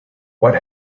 what